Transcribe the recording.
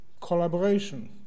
collaboration